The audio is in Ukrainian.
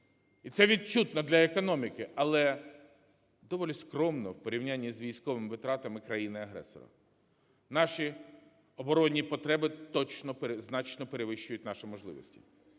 і це відчутно для економіки, але доволі скромно в порівнянні з військовими витратами країни-агресора. Наші оборонні потреби точно значно перевищують наші можливості,